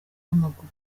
w’amaguru